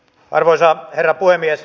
arvoisa herra puhemies